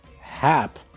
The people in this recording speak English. Hap